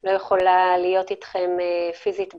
לא יכולה להגיע פיזית לוועדה,